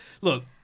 Look